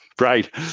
Right